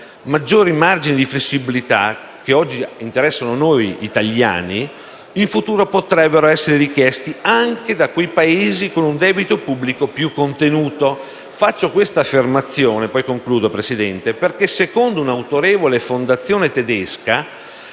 maggiori margini di flessibilità che oggi interessano noi italiani, in futuro potrebbero essere richiesti anche da quei Paesi con un debito pubblico più contenuto. Faccio questa affermazione perché secondo un'autorevole fondazione tedesca,